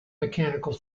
mechanical